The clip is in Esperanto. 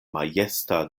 majesta